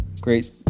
great